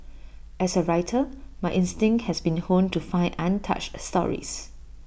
as A writer my instinct has been honed to find untouched stories